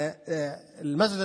(אומר דברים